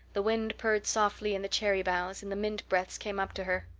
the wind purred softly in the cherry boughs, and the mint breaths came up to her.